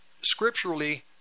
scripturally